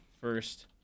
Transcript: first